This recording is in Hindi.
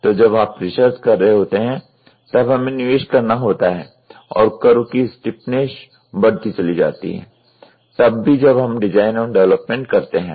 तो जब आप रिसर्च कर रहे होतें हैं तब हमें निवेश करना होता है और कर्व की स्टीपनेस बढ़ती चली जाती है तब भी जब हम डिज़ाइन एवं डेवलपमेंट करते हैं